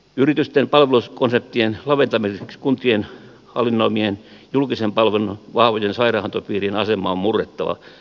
yritysten palvelukonseptien laventamiseksi kuntien hallinnoimien julkisen palvelun vahvojen sairaanhoitopiirien asema on murrettava